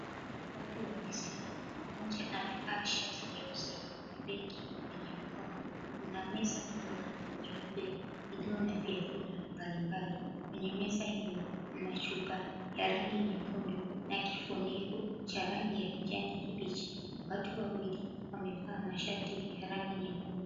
Watu wamesimama, mmoja amevaa shati jeusi na begi kwenye mgongo. Kuna meza kubwa nyeupe iliyo na vyakula mbali mbali. Kwenye meza hio mna chupa ya rangi nyekundu na kifuniko cha rangi ya kijani kibichi. Watu wawili wamevaa mashati ya rangi nyekundu.